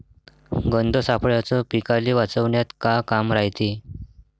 गंध सापळ्याचं पीकाले वाचवन्यात का काम रायते?